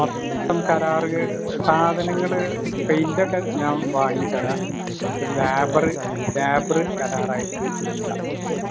മൊത്തം കരാറ് സാധനങ്ങൾ പെയ്ന്റൊക്കെ ഞാൻ വാങ്ങിത്തരാം എന്നിട്ട് ലാബറ് ലാബറ് കരാറായിട്ട് എടുക്കാം